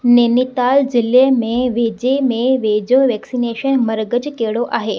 नैनीताल ज़िले में वेझे में वेझो वैक्सिनेशन मर्कज़ु कहिड़ो आहे